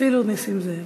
אפילו נסים זאב.